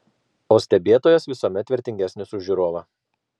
o stebėtojas visuomet vertingesnis už žiūrovą